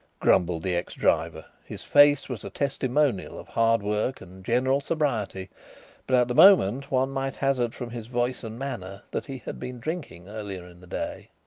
grumbled the ex-driver. his face was a testimonial of hard work and general sobriety but at the moment one might hazard from his voice and manner that he had been drinking earlier in the day.